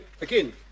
again